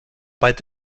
bald